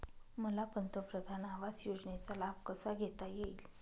मला पंतप्रधान आवास योजनेचा लाभ कसा घेता येईल?